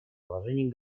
положении